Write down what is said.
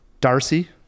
Darcy